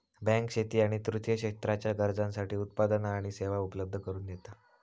bank शेती आणि तृतीय क्षेत्राच्या गरजांसाठी उत्पादना आणि सेवा उपलब्ध करून दिता